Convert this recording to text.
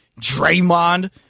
Draymond